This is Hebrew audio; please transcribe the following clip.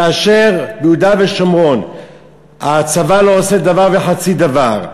כאשר ביהודה ושומרון הצבא לא עושה דבר וחצי דבר,